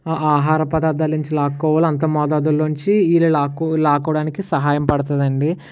ఆహార పదార్థాల నుంచి లాక్కోవాలో అంత మోతాదులో నుంచి ఈ లాక్కో లాక్కోవడానికి సహాయం పడుతుంది అండి